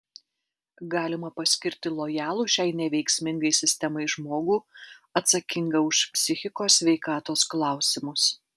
galima paskirti lojalų šiai neveiksmingai sistemai žmogų atsakingą už psichikos sveikatos klausimus